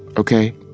ok